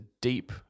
deep